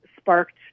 sparked